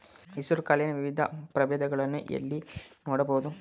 ಹೆಸರು ಕಾಳಿನ ವಿವಿಧ ಪ್ರಭೇದಗಳನ್ನು ಎಲ್ಲಿ ನೋಡಬಹುದು?